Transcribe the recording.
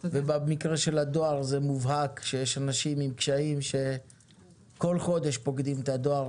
יש אנשים עם קשיים שכל חודש פוקדים את הדואר,